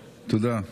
תודה.